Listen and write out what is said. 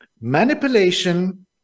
manipulation